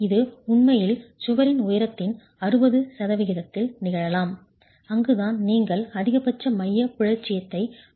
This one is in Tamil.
இது உண்மையில் சுவரின் உயரத்தின் அறுபது சதவிகிதத்தில் நிகழலாம் அங்குதான் நீங்கள் அதிகபட்ச மையப் பிறழ்ச்சியை பெறுவீர்கள்